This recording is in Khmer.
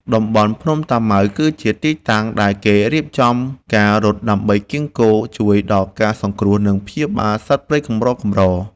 តំបន់ភ្នំតាម៉ៅ គឺជាទីតាំងដែលគេរៀបចំការរត់ដើម្បីកៀរគរថវិកាជួយដល់ការសង្គ្រោះ និងព្យាបាលសត្វព្រៃកម្រៗ។